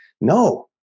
No